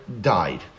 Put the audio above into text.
died